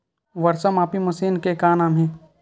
वर्षा मापी मशीन के का नाम हे?